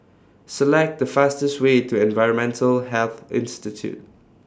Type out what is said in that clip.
Select The fastest Way to Environmental Health Institute